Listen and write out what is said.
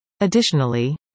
Additionally